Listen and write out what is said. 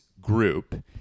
group